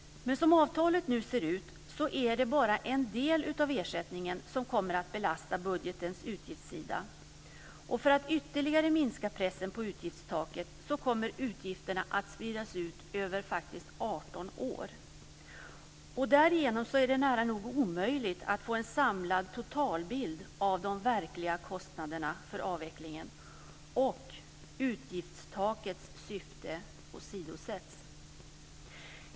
Men som avtalet nu ser ut är det bara en del av ersättningen som kommer att belasta budgetens utgiftssida. Och för att ytterligare minska pressen på utgiftstaket kommer utgifterna faktiskt att spridas ut över 18 år. Därigenom är det nära nog omöjligt att få en samlad totalbild av de verkliga kostnaderna för avvecklingen, och utgiftstakets syfte åsidosätts.